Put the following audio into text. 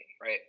right